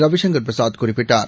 Ravi சங்கர்பிரசாத்குறிப்பிட்டார்